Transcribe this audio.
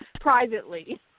privately